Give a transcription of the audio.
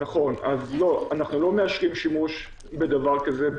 אנחנו לא מאשרים שימוש בדבר כזה,